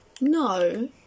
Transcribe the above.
No